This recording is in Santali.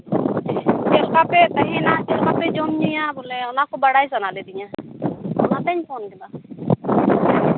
ᱪᱮᱫ ᱞᱮᱠᱟ ᱯᱮ ᱛᱟᱦᱮᱱᱟ ᱪᱮᱫᱠᱟ ᱯᱮ ᱡᱚᱢ ᱧᱩᱭᱟ ᱵᱚᱞᱮ ᱚᱱᱟ ᱠᱚ ᱵᱟᱲᱟᱭ ᱥᱟᱱᱟ ᱞᱤᱫᱤᱧᱟ ᱚᱱᱟ ᱛᱮᱧ ᱯᱷᱳᱱ ᱞᱮᱫᱟ